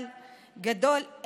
אבל גדול,